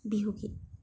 বিহুগীত